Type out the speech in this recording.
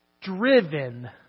driven